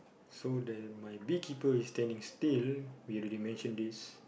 so there might bee keepers standing still we already mention this